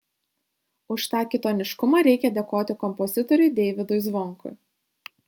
už tą kitoniškumą reikia dėkoti kompozitoriui deividui zvonkui